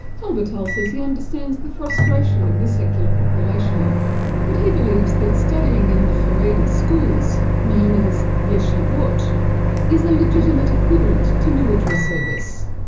halbertal says he understands the frustration of the secular population but he believes that studying in the haredi schools known as yeshivot is a legitimate equivalent to military service.